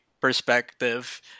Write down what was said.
perspective